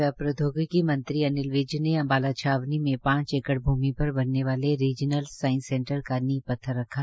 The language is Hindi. हरियाणा के विज्ञान व प्रौदयोगिकी मंत्री अनिल विज ने अम्बाला छावनी में पांच एकड़ भूमि पर बनने वाले रीज़नल साइस सेंटर की नीव पत्थर रखा